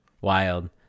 wild